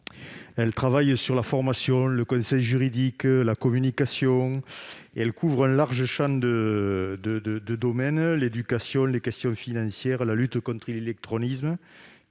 portent sur la formation, le conseil juridique, la communication, etc., et couvrent un large champ de domaines : éducation, questions financières, lutte contre l'illectronisme-